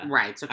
right